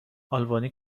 آلبانی